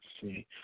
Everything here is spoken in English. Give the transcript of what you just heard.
see